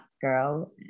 girl